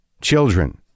Children